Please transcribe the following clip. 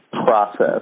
process